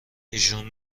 ایشون